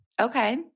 Okay